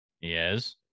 Yes